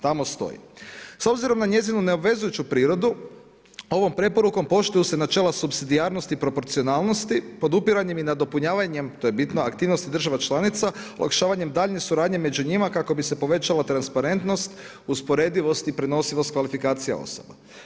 Tamo stoji: „S obzirom na njezinu neobvezujuću prirodu ovom preporukom poštuju se načela supsidijarnosti i proporcionalnosti, podupiranjem i nadopunjavanjem,“ to je bitno, „aktivnosti država članica olakšavanjem daljnje suradnje među njima kako bi se povećala transparentnost, usporedivost i prenosivost kvalifikacija osoba.